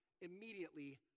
immediately